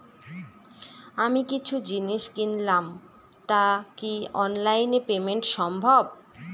আমি কিছু জিনিস কিনলাম টা কি অনলাইন এ পেমেন্ট সম্বভ?